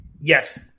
Yes